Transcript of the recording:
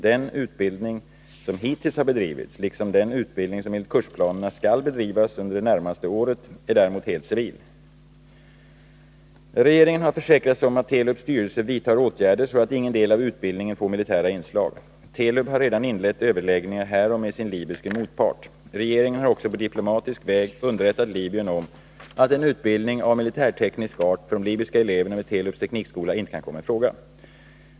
Den utbildning som hittills har bedrivits liksom den utbildning som enligt kursplanerna skall bedrivas under det närmaste året är däremot helt civil. Regeringen har försäkrat sig om att Telubs styrelse vidtar åtgärder så att ingen del av utbildningen får militära inslag. Telub har redan inlett överläggningar härom med sin libyske motpart. Regeringen har också på diplomatisk väg underrättat Libyen om att en utbildning av militärteknisk art för de libyska eleverna vid Telubs teknikskola inte kan komma i fråga.